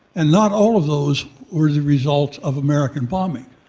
and not all of those were the result of american bombing.